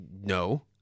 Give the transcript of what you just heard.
no